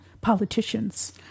politicians